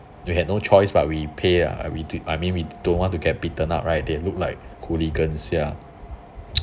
we have no choice but we pay ah we don't I mean we don't want to get beaten up right they look like hooligans ya